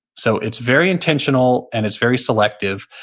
so it's very intentional and it's very selective.